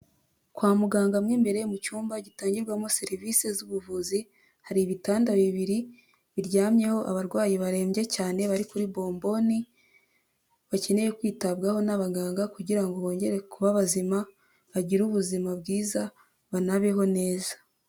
Kwa muganga mo imbere mu cyumba gitangirwamo serivise z'ubuvuzi, hari ibitanda bibiri biryamyeho abarwayi barembye cyane bari kuri bombone, bakeneye kwitabwaho n'abaganga kugira ngo bongere kuba bazima, bagire ubuzima bwiza, banabeho neza.